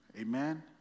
Amen